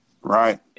right